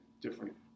Different